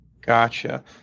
Gotcha